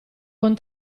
con